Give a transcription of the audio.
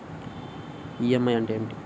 EMI అంటే ఏమిటి?